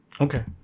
Okay